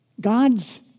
God's